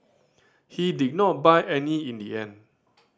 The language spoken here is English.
he did not buy any in the end